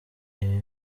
ibi